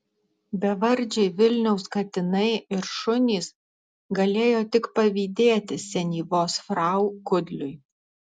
bevardžiai vilniaus katinai ir šunys galėjo tik pavydėti senyvos frau kudliui